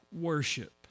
worship